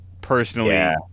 Personally